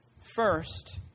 first